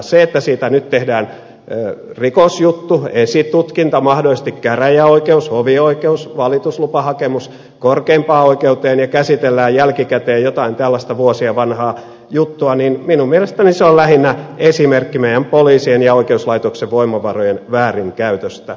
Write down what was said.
se että siitä nyt tehdään rikosjuttu esitutkinta mahdollisesti käräjäoikeus hovioikeuskäsittely tulee valituslupahakemus korkeimpaan oikeuteen ja käsitellään jälkikäteen jotain tällaista vuosien vanhaa juttua on minun mielestäni lähinnä esimerkki meidän poliisien ja oikeuslaitoksen voimavarojen väärinkäytöstä